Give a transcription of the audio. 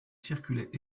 circulaient